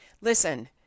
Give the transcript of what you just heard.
Listen